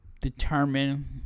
determine